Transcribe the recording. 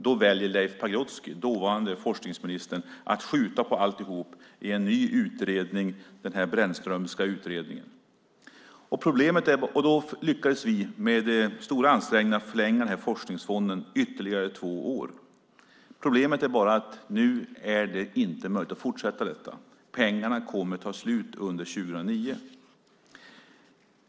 Då väljer Leif Pagrotsky, dåvarande forskningsministern, att skjuta på alltihop i en ny utredning, den Brändströmska utredningen. Då lyckades vi med stora ansträngningar förlänga forskningsfonden ytterligare två år. Problemet är bara att nu är det inte möjligt att fortsätta detta. Pengarna kommer att ta slut under 2009.